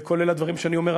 וכולל הדברים שאני אומר,